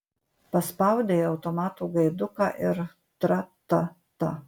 paspaudei automato gaiduką ir tra ta ta